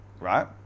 right